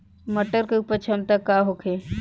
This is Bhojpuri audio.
मटर के उपज क्षमता का होखे?